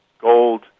gold